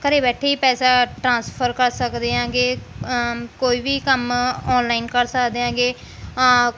ਘਰ ਬੈਠੇ ਹੀ ਪੈਸਾ ਟ੍ਰਾਂਸਫਰ ਕਰ ਸਕਦੇ ਆਂਗੇ ਕੋਈ ਵੀ ਕੰਮ ਆਨਲਾਈਨ ਕਰ ਸਕਦੇ ਹਾਂਗੇ